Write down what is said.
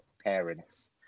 parents